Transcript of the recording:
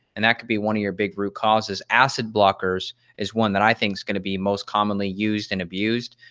and that can be one of your big root causes. acid blockers is one that i think is gonna be most commonly used and abused.